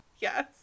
Yes